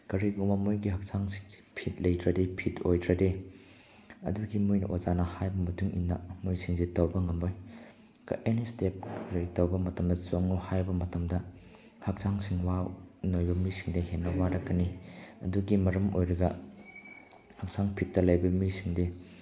ꯀꯔꯤꯒꯨꯝꯕ ꯃꯣꯏꯒꯤ ꯍꯛꯆꯥꯡꯁꯤꯡꯁꯤ ꯐꯤꯠ ꯂꯩꯇ꯭ꯔꯗꯤ ꯐꯤꯠ ꯑꯣꯏꯗ꯭ꯔꯗꯤ ꯑꯗꯨꯒꯤ ꯃꯣꯏꯒꯤ ꯑꯣꯖꯥꯅ ꯍꯥꯏꯕ ꯃꯇꯨꯡ ꯏꯟꯅ ꯃꯣꯏꯁꯤꯡꯁꯦ ꯇꯧꯕ ꯉꯝꯃꯣꯏ ꯑꯦꯅꯤ ꯏꯁꯇꯦꯞ ꯀꯔꯤ ꯇꯧꯕ ꯃꯇꯝꯗ ꯆꯣꯡꯉꯨ ꯍꯥꯏꯕ ꯃꯇꯝꯗ ꯍꯛꯆꯥꯡꯁꯤꯡ ꯅꯣꯏꯕ ꯃꯤꯁꯤꯡꯗ ꯍꯦꯟꯅ ꯋꯥꯔꯛꯀꯅꯤ ꯑꯗꯨꯒꯤ ꯃꯔꯝ ꯑꯣꯏꯔꯒ ꯍꯛꯆꯥꯡ ꯐꯤꯠꯇ ꯂꯩꯕ ꯃꯤꯁꯤꯡꯗꯤ